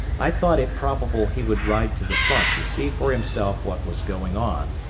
i thought it probable he would ride to the front to see for himself what was going on,